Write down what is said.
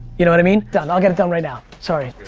you know what i mean? done. i'll get it done right now. sorry.